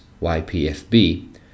YPFB